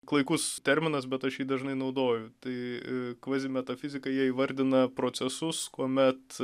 klaikus terminas bet aš jį dažnai naudoju tai kvazimetafizika jie įvardina procesus kuomet